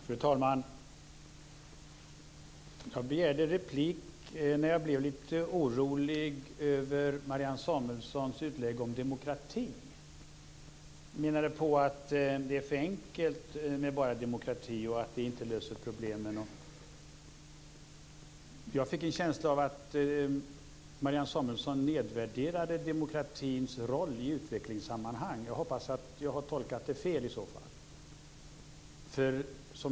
Fru talman! Jag begärde replik för att jag blev lite orolig över Marianne Samuelssons utlägg om demokrati. Hon menade på att det är för enkelt med bara demokrati. Demokratin löser inte problemen. Jag fick en känsla av att Marianne Samuelsson nedvärderade demokratins roll i utvecklingssammanhang. Jag hoppas att jag i så fall har tolkat det fel.